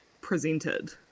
presented